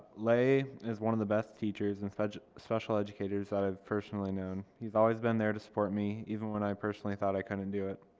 lei was one of the best teachers and special special educators that i've personally known. he's always been there to support me, even when i personally thought i couldn't do it.